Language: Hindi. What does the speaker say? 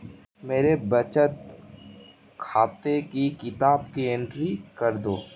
मेरे बचत खाते की किताब की एंट्री कर दो?